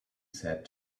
said